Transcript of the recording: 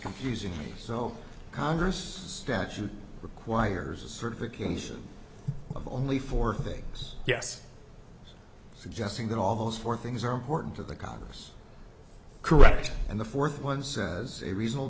confusing so congress statute requires a sort of the commission of only four things yes suggesting that all those four things are important to the congress correct and the fourth one says a reasonable